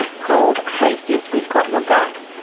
called hey sis, we've got your back',